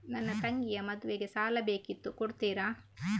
ನನ್ನ ತಂಗಿಯ ಮದ್ವೆಗೆ ಸಾಲ ಬೇಕಿತ್ತು ಕೊಡ್ತೀರಾ?